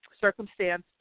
circumstance